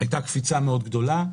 הייתה קפיצה מאוד גדולה.